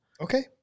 Okay